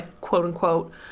quote-unquote